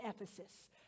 Ephesus